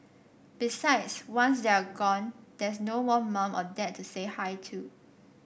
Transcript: besides once they are gone there's no more mum or dad to say hi to